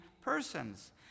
persons